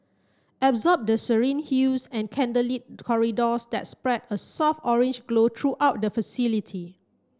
absorb the serene hues and candlelit corridors that spread a soft orange glow throughout the facility